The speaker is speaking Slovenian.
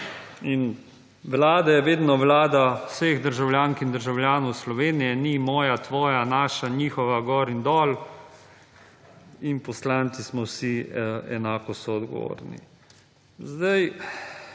Vlada je vedno Vlada vseh državljank in državljanov Slovenije, ni moja, tvoja, naša, njihova, gor in dol, in poslanci smo vsi enako soodgovorni. Zdaj,